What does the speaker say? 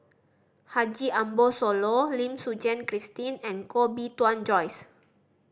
Haji Ambo Sooloh Lim Suchen Christine and Koh Bee Tuan Joyce